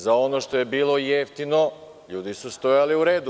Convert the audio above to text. Za ono što je bilo jeftino ljudi su stajali u redu.